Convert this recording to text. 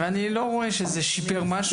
ואני לא רואה שזה שיפר משהו.